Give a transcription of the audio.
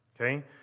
Okay